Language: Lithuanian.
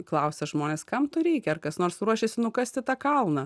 klausia žmonės kam to reikia ar kas nors ruošiasi nukasti tą kalną